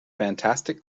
fantastic